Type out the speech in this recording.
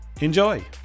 Enjoy